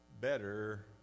better